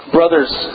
Brothers